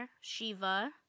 Shiva